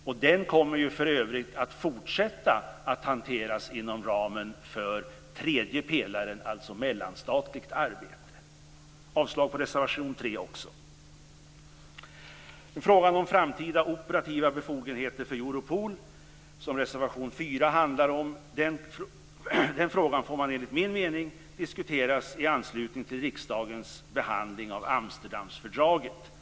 Konventionen kommer för övrigt att fortsätta hanteras inom ramen för den tredje pelaren, dvs. det mellanstatliga arbetet. Jag yrkar avslag också på reservation 3. Europol som reservation 4 handlar om får man enligt min mening diskutera i anslutning till riksdagens behandling av Amsterdamfördraget.